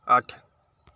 ਅੱਠ